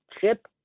chip